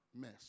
mess